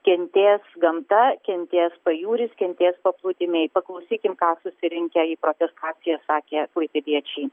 kentės gamta kentės pajūris kentės paplūdimiai paklausykim ką susirinkę į protesto akciją sakė klaipėdiečiai